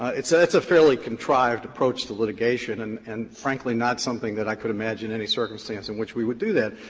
so that's a fairly contrived approach to litigation, and and frankly not something that i could imagine any circumstance in which we would do that.